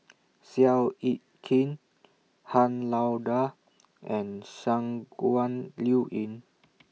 Seow Yit Kin Han Lao DA and Shangguan Liuyun